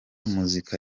muzika